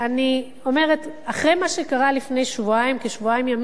אני אומרת, אחרי מה שקרה לפני כשבועיים ימים,